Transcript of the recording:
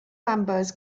members